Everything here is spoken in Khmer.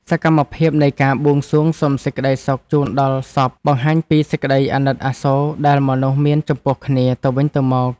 សកម្មភាពនៃការបួងសួងសុំសេចក្តីសុខជូនដល់សព បង្ហាញពីសេចក្តីអាណិតអាសូរដែលមនុស្សមានចំពោះគ្នាទៅវិញទៅមក។